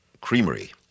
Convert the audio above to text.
creamery